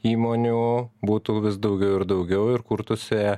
įmonių būtų vis daugiau ir daugiau ir kurtųsi